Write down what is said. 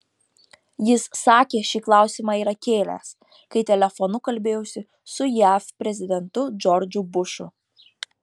jis sakė šį klausimą yra kėlęs kai telefonu kalbėjosi su jav prezidentu džordžu bušu